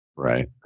Right